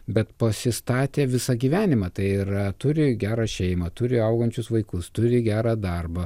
bet pasistatė visą gyvenimą tai yra turi gerą šeimą turi augančius vaikus turi gerą darbą